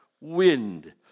wind